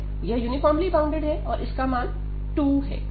यह uniformly bounded है और इसका मान 2 है